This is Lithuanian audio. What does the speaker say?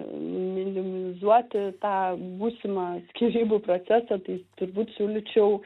minimizuoti tą būsimą skyrybų procesą tai turbūt siūlyčiau